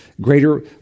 greater